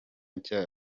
nshya